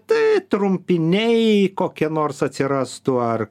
tai trumpiniai kokie nors atsirastų ar